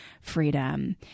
freedom